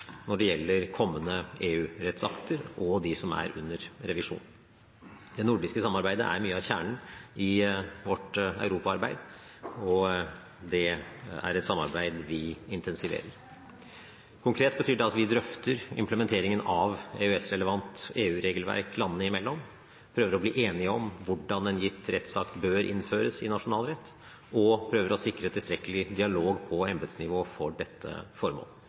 når det gjelder kommende EU-rettsakter og de som er under revisjon. Det nordiske samarbeidet er mye av kjernen i vårt Europa-arbeid, og det er et samarbeid vi intensiverer. Konkret betyr det at vi drøfter implementeringen av EØS-relevant EU-regelverk landene imellom. Vi prøver å bli enige om hvordan en gitt rettsakt bør innføres i nasjonal rett og prøver å sikre tilstrekkelig dialog på embetsnivå for dette